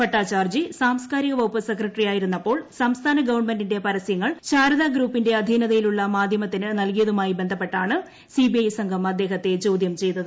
ഭട്ടാചാർജി സാംസ്കാരികവകുപ്പ് സെക്രട്ടറിയായിരുന്നപ്പോൾ സംസ്ഥാന ഗവൺമെന്റിന്റെ പരസ്യങ്ങൾ ശാരദ ഗ്രൂപ്പിന്റെ അധീനതയിലുള്ള മാധ്യമത്തിന് നൽകിയതുമായി ബന്ധപ്പെട്ടാണ് സിബിഐ സംഘം അദ്ദേഹത്തെ ചോദ്യം ചെയ്തത്